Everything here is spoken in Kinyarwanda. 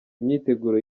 imyiteguro